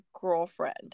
girlfriend